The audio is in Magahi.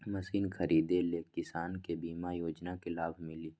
मशीन खरीदे ले किसान के बीमा योजना के लाभ मिली?